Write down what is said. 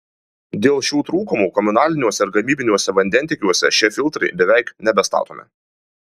dėl šių trūkumų komunaliniuose ir gamybiniuose vandentiekiuose šie filtrai beveik nebestatomi